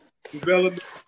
Development